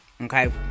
okay